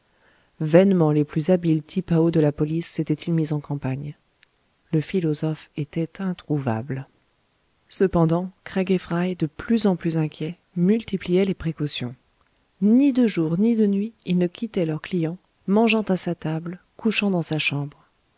vainement les plus habiles tipaos de la police s'étaient-ils mis en campagne le philosophe était introuvable cependant craig et fry de plus en plus inquiets multipliaient les précautions ni de jour ni de nuit ils ne quittaient leur client mangeant à sa table couchant dans sa chambre